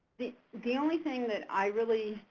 the the only thing that i really,